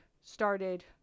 started